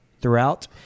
throughout